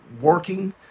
working